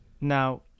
now